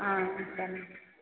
ஆ சரிங்க